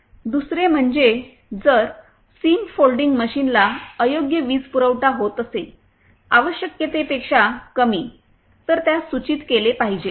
दुसरे म्हणजे जर सीम फोल्डिंग मशीनला अयोग्य वीजपुरवठा होत असेल आवश्यकतेपेक्षा कमी तर त्यास सूचित केले पाहिजे